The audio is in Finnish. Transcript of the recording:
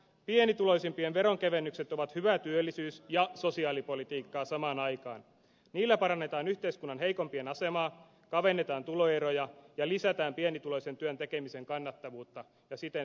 pienituloisimpien veronkevennykset ovat samaan aikaan sekä hyvää työllisyyspolitiikkaa että hyvää sosiaalipolitiikkaa niillä parannetaan yhteiskunnan heikompien asemaa kavennetaan tuloeroja ja lisätään pienituloisten työn tekemisen kannattavuutta ja siten vähennetään työttömyyttä